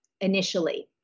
initially